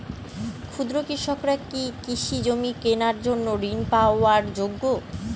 ক্ষুদ্র কৃষকরা কি কৃষি জমি কেনার জন্য ঋণ পাওয়ার যোগ্য?